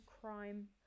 crime